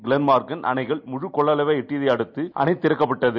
கிளன்மார்க்கென் முக்கூர் அணைகள் முழு கொள்ளளவை எட்டியதை அடுத்து அணை திறக்கப்பட்டது